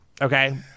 Okay